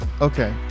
okay